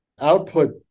output